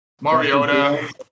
Mariota